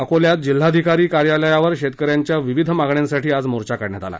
अकोल्यात जिल्हाधिकारी कार्यालयावर शेतकऱ्यांच्या विविध मागण्यांसाठी आज मोर्चा काढण्यात आला